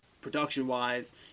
Production-wise